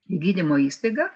į gydymo įstaigą